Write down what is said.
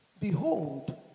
Behold